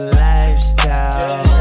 lifestyle